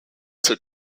took